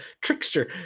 trickster